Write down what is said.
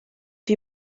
die